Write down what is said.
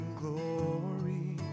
glory